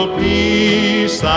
peace